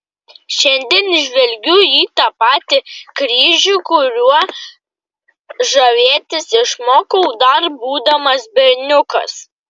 šiandien žvelgiu į tą patį kryžių kuriuo žavėtis išmokau dar būdamas berniukas